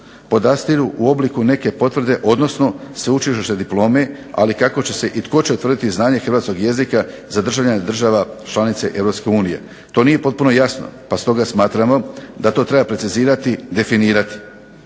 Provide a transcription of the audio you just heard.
podastiru u obliku neke potvrde, odnosno sveučilišne diplome. Ali kako će se i tko će utvrditi znanje hrvatskog jezika za državljane država članica EU? To nije potpuno jasno pa stoga smatramo da to treba precizirati, definirati